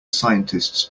scientists